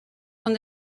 son